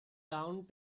round